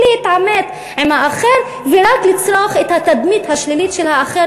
להתעמת עם האחר ורק לצרוך את התדמית השלילית של האחר